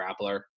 grappler